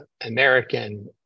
American